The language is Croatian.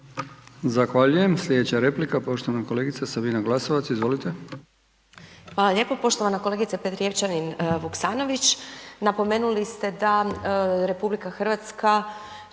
Hvala lijepo poštovana kolegice Petrijevčanin-Vuksanović. Napomenuli ste da RH će osigurati